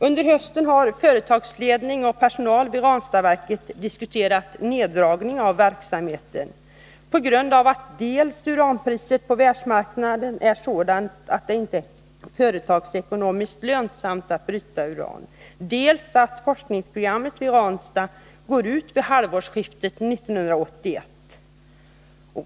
Under hösten har företagsledning och personal vid Ranstadverket diskuterat neddragning av verksamheten på grund av dels att uranpriset på världsmarknaden är sådant att det inte är företagsekonomiskt lönsamt att bryta uran, dels att forskningsprogrammet vid Ranstad går ut vid halvårsskiftet 1981.